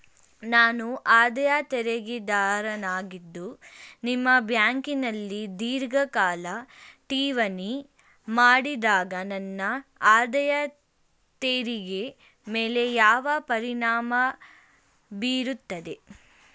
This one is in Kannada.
ನಾನು ಆದಾಯ ತೆರಿಗೆದಾರನಾಗಿದ್ದು ನಿಮ್ಮ ಬ್ಯಾಂಕಿನಲ್ಲಿ ಧೀರ್ಘಕಾಲ ಠೇವಣಿ ಮಾಡಿದಾಗ ನನ್ನ ಆದಾಯ ತೆರಿಗೆ ಮೇಲೆ ಯಾವ ಪರಿಣಾಮ ಬೀರುತ್ತದೆ?